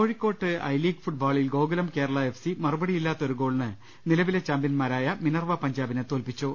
കോഴിക്കോട്ട് I league ഫുട്ബോളിൽ Gokulam Kerala F C മറുപടിയില്ലാത്ത ഒരു ഗോളിന് നിലവിലെ ചാമ്പ്യൻമാരായ മിനർവ പഞ്ചാബിനെ തോൽപ്പിച്ചു